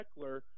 Eckler